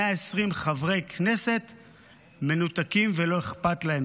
120 חברי כנסת מנותקים, ולא אכפת להם.